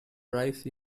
rice